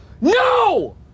No